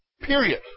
Period